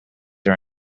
are